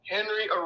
Henry